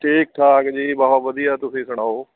ਠੀਕ ਠਾਕ ਜੀ ਬਹੁਤ ਵਧੀਆ ਤੁਸੀਂ ਸੁਣਾਓ